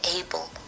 able